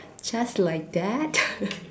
just like that